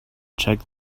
check